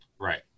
Right